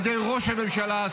על ידי ראש הממשלה,